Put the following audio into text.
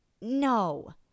No